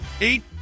Eat